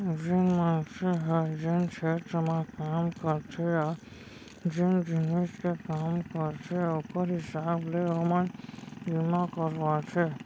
जेन मनसे ह जेन छेत्र म काम करथे या जेन जिनिस के काम करथे ओकर हिसाब ले ओमन बीमा करवाथें